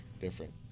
different